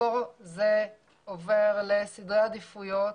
מפה זה עובר לסדרי עדיפויות